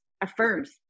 affirms